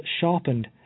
sharpened